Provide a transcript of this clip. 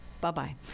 Bye-bye